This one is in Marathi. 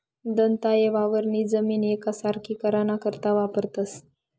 दंताये वावरनी जमीन येकसारखी कराना करता वापरतंस